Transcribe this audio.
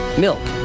milk,